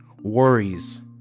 Worries